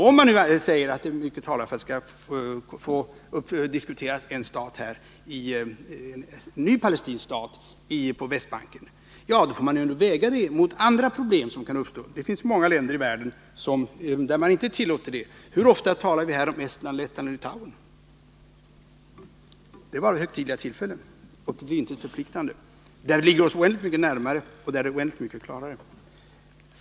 Om man nu säger att mycket talar för att det skall få diskuteras en ny palestinsk stat på Västbanken får man ändå väga det mot andra problem som kan uppstå. Det finns många länder i världen där man inte tillåter sådant. Hur ofta talar vi här om Estland, Lettland och Litauen? Det är bara vid högtidliga tillfällen och det är till intet förpliktande, trots att det ligger oss så oändligt mycket närmare och är så oändligt mycket klarare.